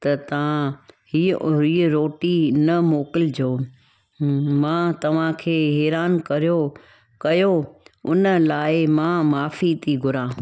त तव्हां हीअं उहो हीअं रोटी न मोकिलिजो हम्म मां तव्हांखे हैरान करियो कयो हुन लाइ मां माफ़ी थी घुरां